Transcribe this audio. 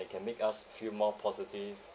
it can make us feel more positive